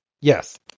Yes